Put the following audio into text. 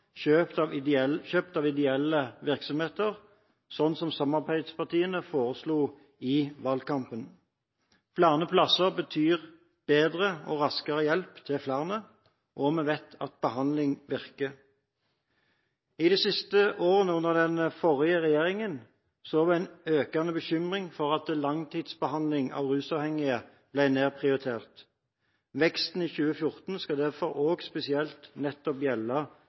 kjøpt av ideelle virksomheter, slik samarbeidspartiene foreslo i valgkampen. Flere plasser betyr bedre og raskere hjelp til flere, og vi vet at behandling virker. I de siste årene under den forrige regjeringen så vi en økende bekymring for at langtidsbehandling av rusavhengige ble nedprioritert. Veksten i 2014 skal derfor også spesielt gjelde nettopp